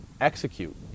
execute